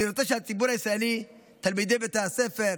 אני רוצה שהציבור הישראלי, תלמידי בתי הספר,